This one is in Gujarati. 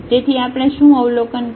તેથી આપણે શું અવલોકન કર્યું છે